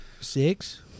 Six